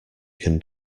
can